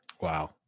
Wow